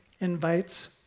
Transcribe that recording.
invites